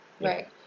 Right